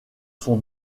sont